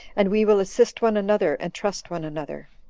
and we will assist one another, and trust one another.